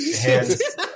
hands